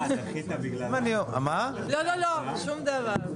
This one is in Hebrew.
מה השם של החוק?